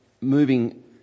moving